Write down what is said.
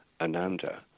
Ananda